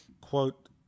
quote